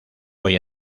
hoy